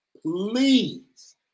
Please